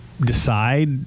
decide